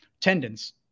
tendons